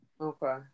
Okay